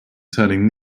turning